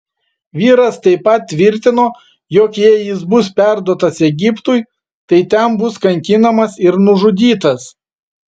vyras taip pat tvirtino jog jei jis bus perduotas egiptui tai ten bus kankinamas ir nužudytas